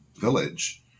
village